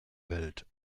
welt